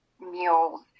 meals